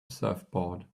surfboard